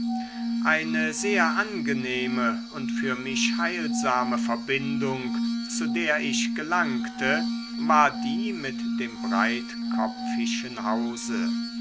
eine sehr angenehme und für mich heilsame verbindung zu der ich gelangte war die mit dem breitkopfischen hause